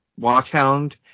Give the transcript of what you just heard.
Watchhound